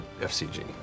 FCG